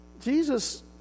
Jesus